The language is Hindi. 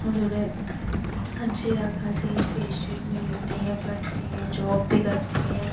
और उन्हें अच्छी या ख़ासी एजुकेसन भी लेती हैं पढ़ती हैं जोप भी करती हैं